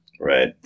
Right